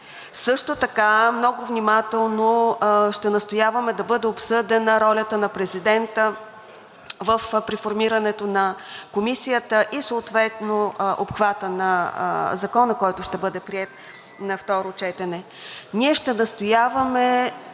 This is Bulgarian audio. Също така ще настояваме да бъде обсъдена ролята на президента при формирането на Комисията и съответно обхвата на Закона, който ще бъде приет на второ четене. Ние ще настояваме